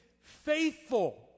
faithful